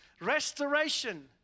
restoration